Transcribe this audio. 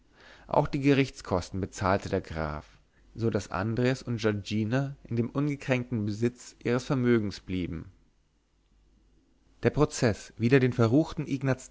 auch die gerichtskosten bezahlte der graf so daß andres und giorgina in dem ungekränkten besitz ihres vermögens blieben der prozeß wider den verruchten ignaz